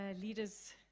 leaders